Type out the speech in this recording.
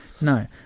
No